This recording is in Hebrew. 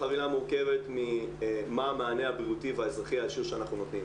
החבילה מורכבת ממה המענה הבריאותי והאזרחי האישי שאנחנו נותנים.